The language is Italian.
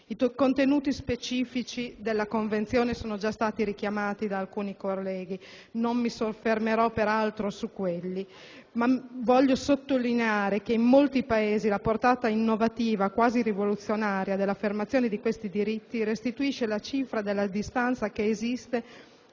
I contenuti specifici della Convenzione sono già stati richiamati da alcuni colleghi, per cui non intendo ritornarci. Sottolineo piuttosto che in molti Paesi la portata innovativa, quasi rivoluzionaria, dell'affermazione di tali diritti restituisce la cifra della distanza esistente